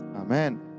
Amen